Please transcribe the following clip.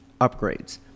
upgrades